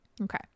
Okay